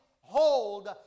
hold